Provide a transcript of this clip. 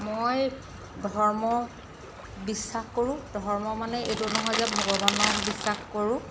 মই ধৰ্ম বিশ্বাস কৰোঁ ধৰ্ম মানে এইটো নহয় যে ভগৱানক বিশ্বাস কৰোঁ